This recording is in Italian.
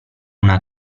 una